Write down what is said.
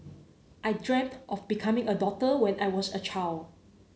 I dreamt of becoming a doctor when I was a child